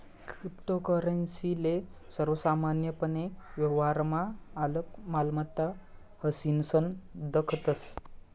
cryptocurrency ले सर्वसामान्यपने व्यवहारमा आलक मालमत्ता म्हनीसन दखतस